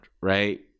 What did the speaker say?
right